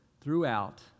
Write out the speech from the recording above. throughout